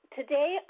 today